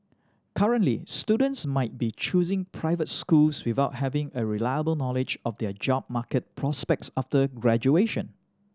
currently students might be choosing private schools without having a reliable knowledge of their job market prospects after graduation